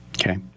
Okay